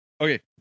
Okay